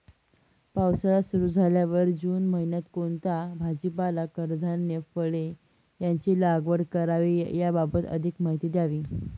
पावसाळा सुरु झाल्यावर जून महिन्यात कोणता भाजीपाला, कडधान्य, फळे यांची लागवड करावी याबाबत अधिक माहिती द्यावी?